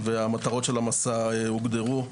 והמטרות של המסע הוגדרו.